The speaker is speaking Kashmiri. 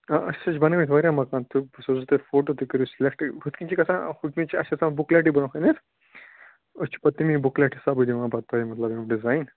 آ أسۍ حظ چھِ بَنٲمٕتۍ واریاہ مَکان تہٕ بہٕ سوزو تۄہہِ فوٹو تُہۍ کٔرِو سِلٮ۪کٹ ہُتھ کٔنۍ چھِ گژھان ہُتھ کَنۍ چھِ اَسہِ چھِ آسان بُکلٮ۪ٹٕے برونٛہہ کَنۍ حظ أسۍ چھِ پَتہٕ تمی بُکلٮ۪ٹ حِسابٕے دِوان پتہٕ تۄہہِ مطلب ڈِزایِن